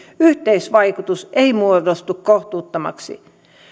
yhteisvaikutus ei muodostu kohtuuttomaksi